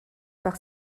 par